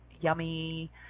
yummy